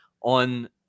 on